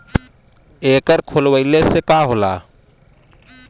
एकर खोलवाइले से का होला?